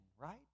right